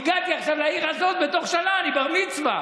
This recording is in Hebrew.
והגעתי עכשיו לעיר הזאת ובתוך שנה אני בר-מצווה.